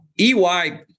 EY